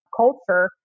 culture